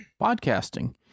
podcasting